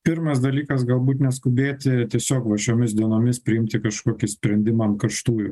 pirmas dalykas galbūt neskubėti tiesiog va šiomis dienomis priimti kažkokį sprendimą ant karštųjų